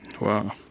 Wow